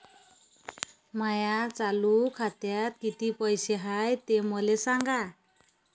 माया चालू खात्यात किती पैसे हाय ते मले सांगा